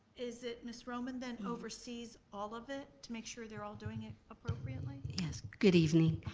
is it miss roman then oversees all of it to make sure they're all doing it appropriately? yes, good evening,